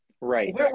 Right